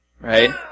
Right